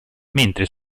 mentre